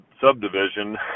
subdivision